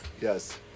Yes